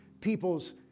people's